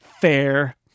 fair